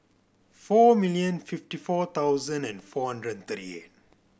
four million fifty four thousand and four hundred thirty eight